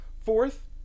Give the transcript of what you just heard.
Fourth